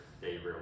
favorite